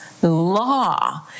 law